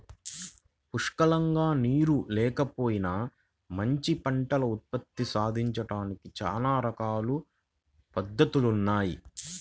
పుష్కలంగా నీరు లేకపోయినా మంచి పంట ఉత్పత్తి సాధించడానికి చానా రకాల పద్దతులున్నయ్